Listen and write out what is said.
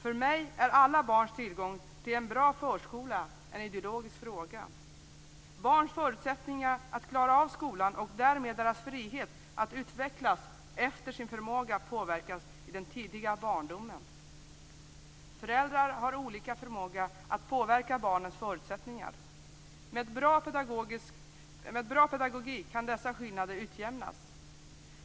För mig är alla barns tillgång till en bra förskola en ideologisk fråga. Barns förutsättningar att klara av skolan och därmed deras frihet att utvecklas efter sin förmåga påverkas i den tidiga barndomen. Föräldrar har olika förmåga att påverka barnens förutsättningar. Med en bra pedagogik kan dessa skillnader utjämnas.